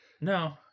No